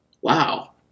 wow